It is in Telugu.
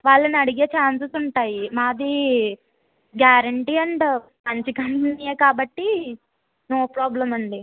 వాళ్ళని అడిగే ఛాన్సెస్ ఉంటాయి మాది గ్యారెంటీ అండ్ మంచి కంపెనీయే కాబట్టి నో ప్రాబ్లెమ్ అండి